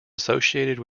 associated